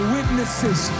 Witnesses